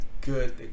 good